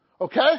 Okay